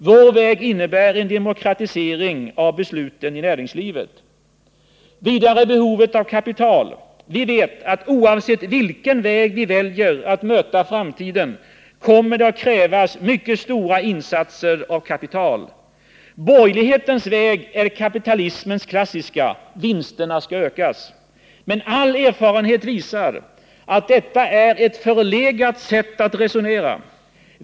Vår väg innebär en demokratisering av besluten i näringslivet. Vidare behovet av kapital. Vi vet att oavsett vilken väg vi väljer att möta framtiden kommer det att krävas mycket stora insatser av kapital. Borgerlighetens väg är kapitalismens klassiska: vinsterna skall ökas. Men all erfarenhet visar att detta är ett förlegat sätt att resonera.